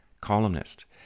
columnist